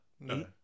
No